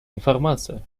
информация